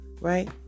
right